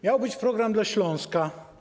Miał być program dla Śląska.